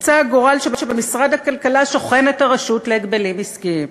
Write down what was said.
רצה הגורל שבמשרד הכלכלה שוכנת הרשות להגבלים עסקיים.